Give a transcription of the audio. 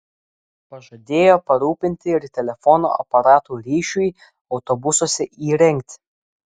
pažadėjo parūpinti ir telefono aparatų ryšiui autobusuose įrengti